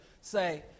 say